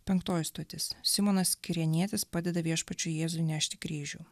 penktoji stotis simonas kirėnietis padeda viešpačiui jėzui nešti kryžių